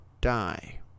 die